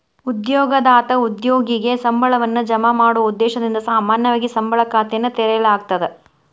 ಉದ್ಯೋಗದಾತ ಉದ್ಯೋಗಿಗೆ ಸಂಬಳವನ್ನ ಜಮಾ ಮಾಡೊ ಉದ್ದೇಶದಿಂದ ಸಾಮಾನ್ಯವಾಗಿ ಸಂಬಳ ಖಾತೆಯನ್ನ ತೆರೆಯಲಾಗ್ತದ